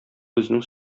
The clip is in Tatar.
безнең